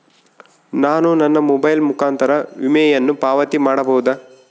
ನಾನು ನನ್ನ ಮೊಬೈಲ್ ಮುಖಾಂತರ ವಿಮೆಯನ್ನು ಪಾವತಿ ಮಾಡಬಹುದಾ?